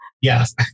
Yes